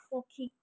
ପକ୍ଷୀ